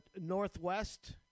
Northwest